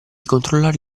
controllare